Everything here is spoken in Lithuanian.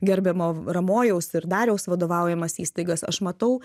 gerbiamo ramojaus ir dariaus vadovaujamas įstaigas aš matau